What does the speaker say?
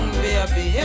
baby